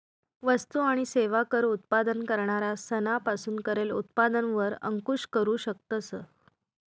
वस्तु आणि सेवा कर उत्पादन करणारा सना पासून करेल उत्पादन वर अंकूश करू शकतस